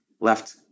left